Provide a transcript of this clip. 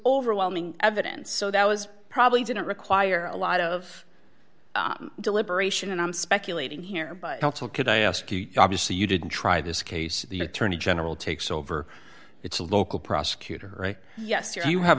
overwhelming evidence so that was probably didn't require a lot of deliberation and i'm speculating here but could i ask you obviously you didn't try this case the attorney general takes over it's a local prosecutor yes you have